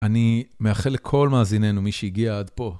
אני מאחל לכל מאזינינו מי שהגיע עד פה.